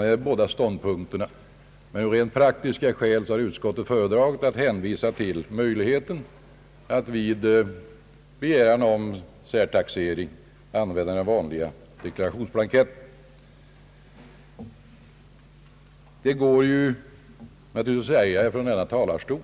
Detta är de båda ståndpunkterna, men av rent praktiska skäl har utskottet föredragit att hänvisa till möjligheten att vid begäran om särtaxering använda den vanliga deklarationsblanketten. Det går ju att säga från denna talarstol